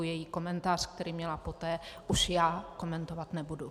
Její komentář, který měla poté, už já komentovat nebudu.